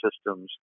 systems